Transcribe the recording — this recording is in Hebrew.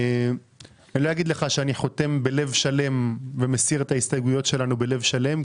אני לא אגיד לך שאני חותם בלב שלם ומסיר את ההסתייגויות שלנו בלב שלם,